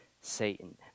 Satan